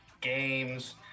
games